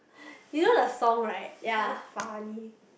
you know the song right damn funny